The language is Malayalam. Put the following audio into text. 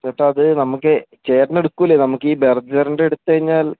ചേട്ടാ അതു നമ്മള്ക്കേ ചേട്ടനെടുക്കുമല്ലോ നമ്മള്ക്കീ വേറെ ബ്രാൻഡ് എടുത്തുകഴിഞ്ഞാൽ